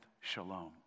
shalom